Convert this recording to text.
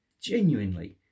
Genuinely